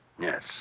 Yes